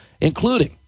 including